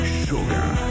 sugar